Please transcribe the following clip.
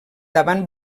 davant